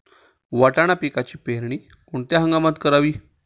वाटाणा पिकाची पेरणी कोणत्या हंगामात करावी?